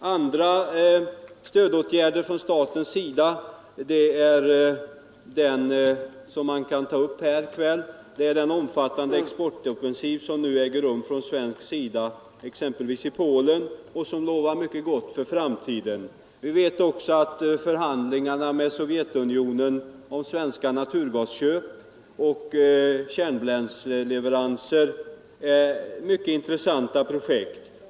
Bland andra statliga stödåtgärder som jag här kan nämna är den omfattande exportoffensiv som nu äger rum från svensk sida i exempelvis Polen och som lovar mycket gott för framtiden. Vidare är förhandlingarna med Sovjetunionen om naturgasköp och kärnbränsleleveranser mycket intressanta projekt.